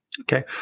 Okay